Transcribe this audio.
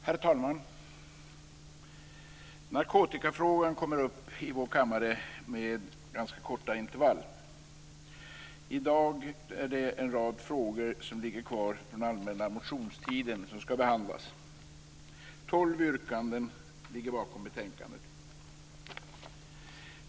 Herr talman! Narkotikafrågan kommer upp i vår kammare med korta intervaller. I dag är det en rad frågor som ligger kvar från allmänna motionstiden som ska behandlas. Tolv yrkanden ligger bakom betänkandet.